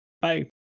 Bye